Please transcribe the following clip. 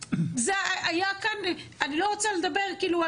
אני לא רוצה לדבר כאילו,